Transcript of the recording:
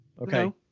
okay